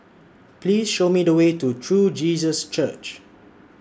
Please Show Me The Way to True Jesus Church